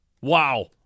Wow